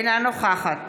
אינה נוכחת